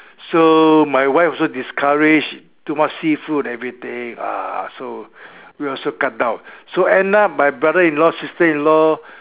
so my wife also discourage too much seafood everything ah so we also cut down so end up my brother-in-law sister-in-law